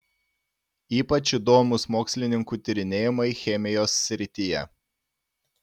ypač įdomūs mokslininkų tyrinėjimai chemijos srityje